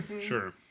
Sure